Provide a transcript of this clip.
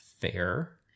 fair